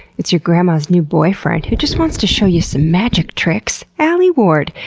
it's your grandma's new boyfriend, who just wants to show you some magic tricks! alie ward,